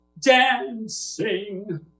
dancing